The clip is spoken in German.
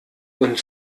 und